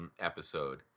Episode